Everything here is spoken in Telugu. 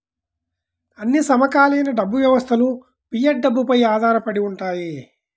అన్ని సమకాలీన డబ్బు వ్యవస్థలుఫియట్ డబ్బుపై ఆధారపడి ఉంటాయి